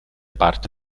parte